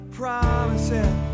promises